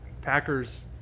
Packers